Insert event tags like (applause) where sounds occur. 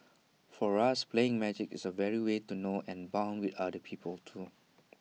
for us playing magic is A (unintelligible) way to know and Bond with other people too